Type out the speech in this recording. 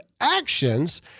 actions